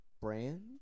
brand